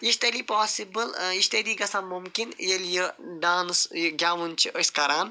یہِ چھُ تیٚلے پواسِبٕل ٲں یہِ چھُ تیٚلے گژھان ممکِن ییٚلہِ یہِ ڈانَس یہِ گیٚوُن چھُ أسۍ کران